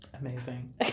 Amazing